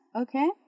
okay